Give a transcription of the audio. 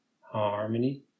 harmony